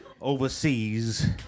overseas